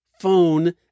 phone